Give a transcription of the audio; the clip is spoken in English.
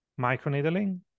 microneedling